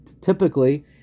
typically